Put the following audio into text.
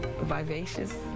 vivacious